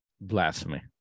Blasphemy